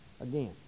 again